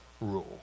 rule